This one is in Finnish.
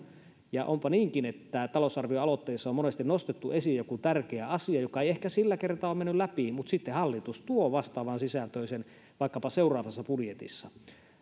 onpa niinkin että talousarvioaloitteessa on monesti nostettu esiin joku tärkeä asia joka ei ehkä sillä kertaa ole mennyt läpi mutta sitten hallitus tuo vastaavansisältöisen asian vaikkapa seuraavassa budjetissa